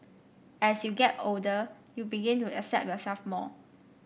as you get older you begin to accept yourself more